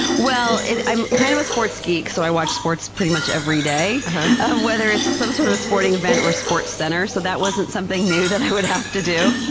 well, i'm kind of a sports geek so i watch sports pretty much every day whether it's some sort of sporting event or sports center, so that wasn't something new that i would have to do.